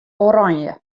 oranje